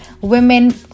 women